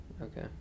Okay